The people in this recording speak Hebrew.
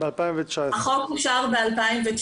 החוק אושר ב-2019,